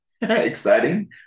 exciting